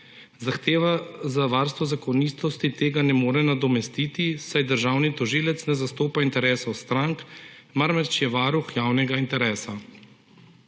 Zahteva za varstvo zakonitosti tega ne more nadomestiti, saj državni tožilec ne zastopa interesov strank, marveč je varuh javnega interesa.